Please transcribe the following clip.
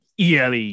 ELE